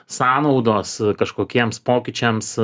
sąnaudos kažkokiems pokyčiams